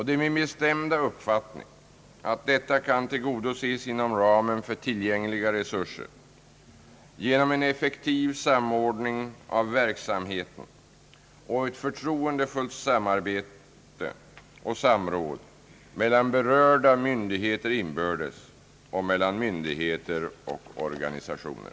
Det är min bestämda uppfattning att detta kan tillgodoses inom ramen för tillgängliga resurser genom en effektiv samordning av verksamheten och ett förtroendefullt samråd mellan berörda myndigheter inbördes och mellan myndigheter och organisationer.